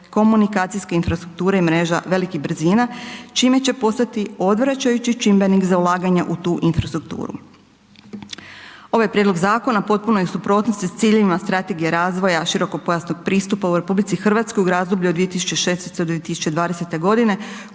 komunikacijske infrastrukture mreža velikih brzina čime će postati odvraćajući čimbenik za ulaganje u tu infrastrukturu. Ovaj prijedlog zakona u potpunoj je suprotnosti s ciljevima strategije razvoja širokopojasnog pristupa u RH u razdoblju od 2016. do 2020. g.